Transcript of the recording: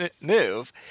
move